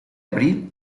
abril